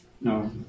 No